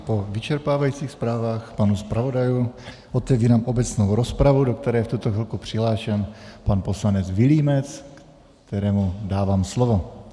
Po vyčerpávajících zprávách pánů zpravodajů otevírám obecnou rozpravu, do které je v tuto chvilku přihlášen pan poslanec Vilímec, kterému dávám slovo.